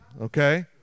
okay